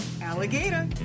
alligator